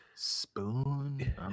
Spoon